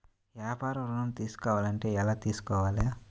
వ్యాపార ఋణం తీసుకోవాలంటే ఎలా తీసుకోవాలా?